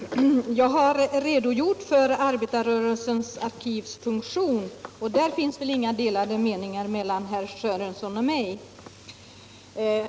Herr talman! Jag har redogjort för Arbetarrörelsens arkivs funktion, och beträffande den har väl herr Sörenson och jag inga delade meningar.